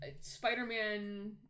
Spider-Man